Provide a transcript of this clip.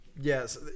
Yes